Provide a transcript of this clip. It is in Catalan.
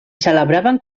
celebraven